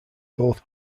both